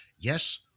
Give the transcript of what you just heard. yes